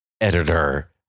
editor